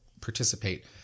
participate